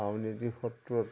সত্ৰত